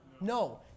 No